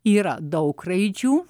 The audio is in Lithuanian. yra daug raidžių